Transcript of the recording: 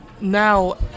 Now